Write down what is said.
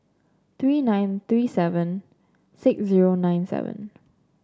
three nine three seven six zero nine seven